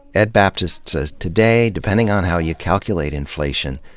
ed baptist says today, depending on how you calculate inflation,